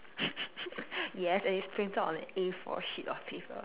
yes and it's printed on an A four sheet of paper